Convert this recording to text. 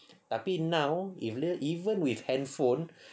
tapi now ev~ even with handphone